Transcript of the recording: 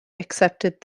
accepted